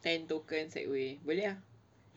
ten token untuk segway boleh ah